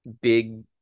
big